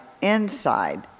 inside